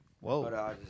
Whoa